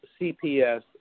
CPS